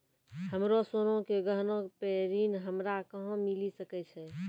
हमरो सोना के गहना पे ऋण हमरा कहां मिली सकै छै?